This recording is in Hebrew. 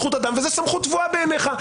וזה פוגע בזכות אדם וזה סמכות טבועה בעיניך.